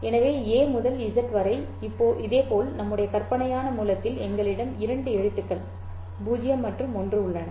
எனவே A முதல் Z வரை இதேபோல் நம்முடைய கற்பனையான மூலத்தில் எங்களிடம் 2 எழுத்துக்கள் 0 மற்றும் 1 உள்ளன